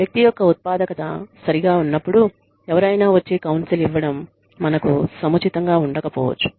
వ్యక్తి యొక్క ఉత్పాదకత సరిగ్గా ఉన్నపుడు ఎవరైనా వచ్చి కౌన్సిల్ ఇవ్వడం మనకు సముచితంగా ఉండకపోవచ్చు